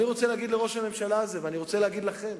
אני רוצה להגיד לראש הממשלה הזה ואני רוצה להגיד לכם: